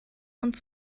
und